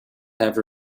have